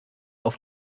auf